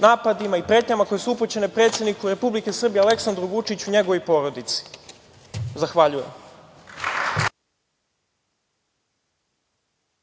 napadima i pretnjama koje su upućene predsedniku Republike Srbije, Aleksandru Vučiću i njegovoj porodici. Zahvaljujem